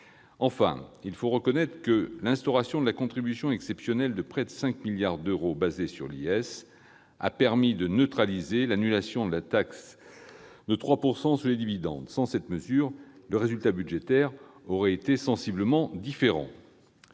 Enfin, il faut reconnaître que l'instauration de la contribution exceptionnelle de près de 5 milliards d'euros fondée sur l'impôt sur les sociétés a permis de neutraliser l'annulation de la taxe de 3 % sur les dividendes. Sans cette mesure, le résultat budgétaire aurait été sensiblement différent.